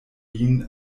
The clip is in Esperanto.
lin